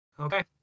Okay